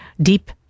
Deep